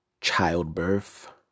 childbirth